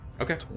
Okay